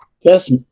Yes